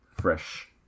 fresh